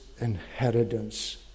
inheritance